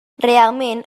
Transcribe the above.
realment